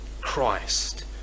Christ